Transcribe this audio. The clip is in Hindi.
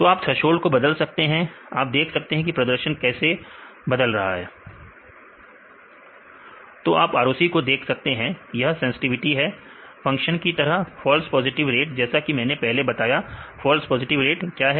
तो आप थ्रेसोल्ड को बदल सकते हैं आप देख सकते हैं कि प्रदर्शन कैसे बदल रहा है तो आप ROC को देख सकते हैं यह सेंसटिविटी है फंक्शन की तरह फॉल्स पॉजिटिव रेट जैसा कि मैंने पहले बताया फॉल्स पॉजिटिव रेट क्या है